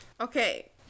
Okay